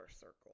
circle